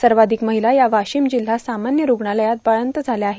सर्वाधिक माहिला ह्या वाशिम जिल्हा सामान्य रूग्णालयात बाळांत झाल्या आहेत